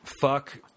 fuck